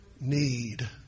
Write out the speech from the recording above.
need